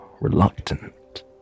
reluctant